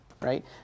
right